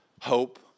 hope